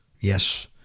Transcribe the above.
yes